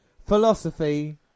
Philosophy